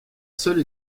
seule